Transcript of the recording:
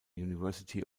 university